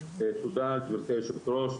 תודה גברתי היו"ר,